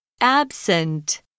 Absent